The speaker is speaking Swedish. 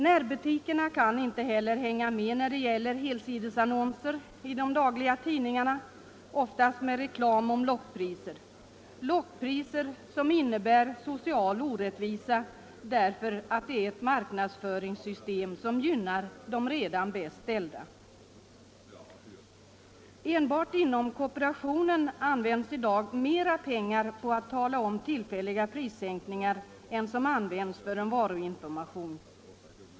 Närbutikerna kan inte heller hänga med när det gäller helsidesannonser i de dagliga tidningarna, oftast med reklam om lockpriser. Systemet med lockpriser innebär social orättvisa, därför att det marknadsföringssystemet gynnar de redan bäst ställda. Enbart inom kooperationen används i dag mera pengar till att tala om tillfälliga prissänkningar än som används för varuinformation.